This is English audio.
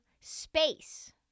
Space